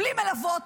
בלי מלוות.